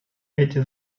эти